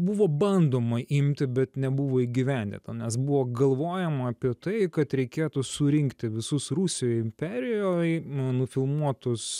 buvo bandoma imti bet nebuvo įgyvendinta nes buvo galvojama apie tai kad reikėtų surinkti visus rusijoj imperijoj nufilmuotus